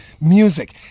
music